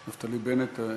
נפתלי בנט,